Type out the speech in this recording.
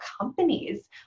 companies